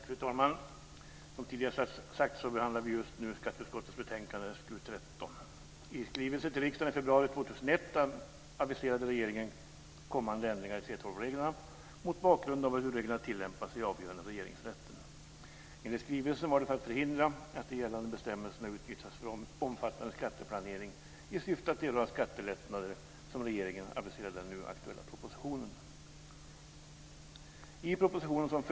Fru talman! Som tidigare sagts behandlar vi just nu skatteutskottets betänkande SkU:13. I skrivelsen till riksdagen i februari 2001 aviserade regeringen kommande ändringar i 3:12-reglerna mot bakgrund av hur reglerna tillämpats i avgöranden i Regeringsrätten. Enligt skrivelsen var det för att förhindra att de gällande bestämmelserna utnyttjas för omfattande skatteplanering i syfte att erhålla skattelättnader som regeringen aviserar i den nu aktuella propositionen.